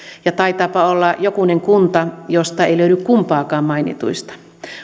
ja taitaapa olla jokunen kunta josta ei löydy kumpaakaan mainituista